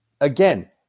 again